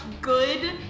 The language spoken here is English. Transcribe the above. good